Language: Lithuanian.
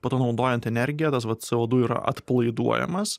po to naudojant energiją tas vat cė o du yra atpalaiduojamas